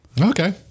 Okay